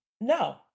no